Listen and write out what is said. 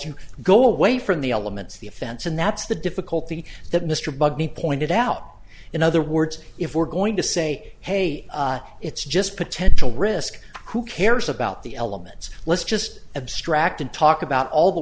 you go away from the elements of the offense and that's the difficulty that mr buggy pointed out in other words if we're going to say hey it's just potential risk who cares about the elements let's just abstract and talk about all the